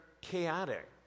chaotic